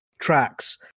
tracks